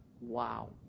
wow